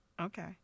Okay